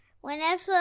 whenever